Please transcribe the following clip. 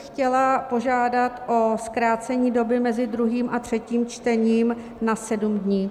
Chtěla bych požádat o zkrácení doby mezi druhým a třetím čtením na 7 dní.